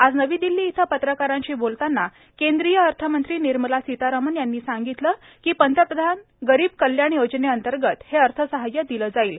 आज नवी दिल्ली इथे पत्रकारांशी बोलताना केंद्रीय अर्थमंत्री निर्मला सीतारामन यांनी सांगितले की पंतप्रधान गरीब कल्याण योजनेअंतर्गत हे अर्थसहाय्य दिले जाईल